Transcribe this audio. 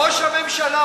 ראש הממשלה,